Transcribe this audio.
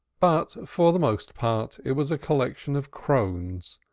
but for the most part it was a collection of crones,